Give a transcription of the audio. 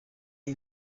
iyi